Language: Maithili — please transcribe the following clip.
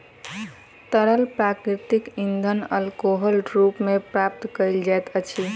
तरल प्राकृतिक इंधन अल्कोहलक रूप मे प्राप्त कयल जाइत अछि